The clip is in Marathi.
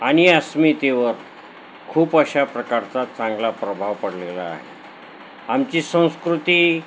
आणि अस्मितेवर खूप अशा प्रकारचा चांगला प्रभाव पडलेला आहे आमची संस्कृती